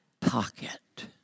pocket